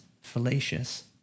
fallacious